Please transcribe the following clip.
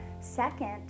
Second